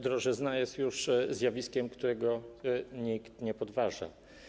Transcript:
Drożyzna jest już zjawiskiem, którego nikt nie podważa.